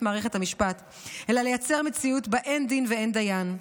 מערכת המשפט אלא לייצר מציאות שבה אין דין ואין דיין,